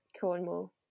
Cornwall